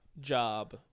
job